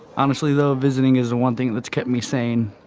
honestly though, visiting is the one thing that's kept me sane.